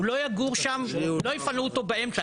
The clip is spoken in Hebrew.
לא יפנו אותו באמצע,